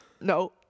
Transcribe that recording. No